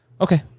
Okay